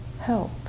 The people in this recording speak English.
help